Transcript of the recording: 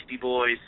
Boys